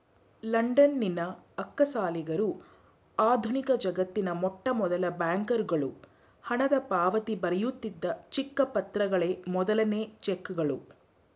ಲಂಡನ್ನಿನ ಅಕ್ಕಸಾಲಿಗರು ಆಧುನಿಕಜಗತ್ತಿನ ಮೊಟ್ಟಮೊದಲ ಬ್ಯಾಂಕರುಗಳು ಹಣದಪಾವತಿ ಬರೆಯುತ್ತಿದ್ದ ಚಿಕ್ಕ ಪತ್ರಗಳೇ ಮೊದಲನೇ ಚೆಕ್ಗಳು